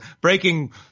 breaking